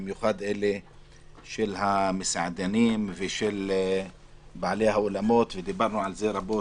במיוחד של המסעדנים ובעלי האולמות ודיברנו על זה רבות,